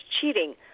cheating